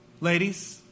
Ladies